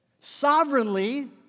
sovereignly